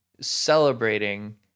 celebrating